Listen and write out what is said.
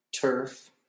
Turf